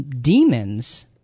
demons